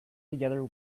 together